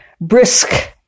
brisk